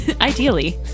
Ideally